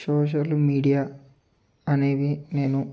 social media అనేవి నేను